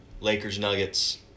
Lakers-Nuggets